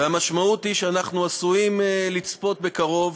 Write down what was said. המשמעות היא שאנחנו עשויים לצפות בקרוב